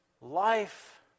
life